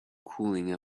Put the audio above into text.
cooling